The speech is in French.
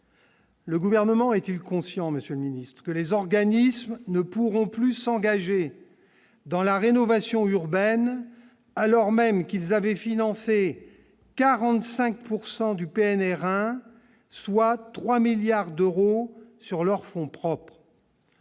Le gouvernement est-il conscient, Monsieur le Ministre, que les organismes ne pourront plus s'engager dans la rénovation urbaine, alors même qu'ils avaient financé 45 pourcent du du PNR hein, soit 3 milliards d'euros sur leurs fonds propres.